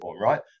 right